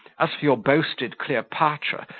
as your boasted cleopatra,